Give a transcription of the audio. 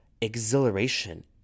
exhilaration